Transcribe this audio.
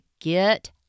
get